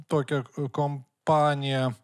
tokią kompaniją